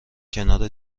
کنار